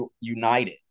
United